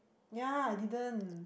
ya I didn't